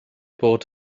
bod